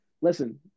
listen